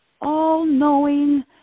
all-knowing